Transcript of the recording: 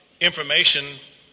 information